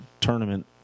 tournament